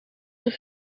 een